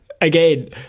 again